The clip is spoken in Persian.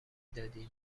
دادی